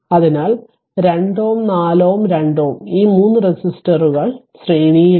അതിനാൽ 2Ω 4Ω 2Ω ഈ 3 റെസിസ്റ്ററുകൾ ശ്രേണിയിലാണ്